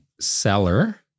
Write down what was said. seller